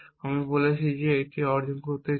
আমি বলছি যে আমি যদি এটি অর্জন করতে চাই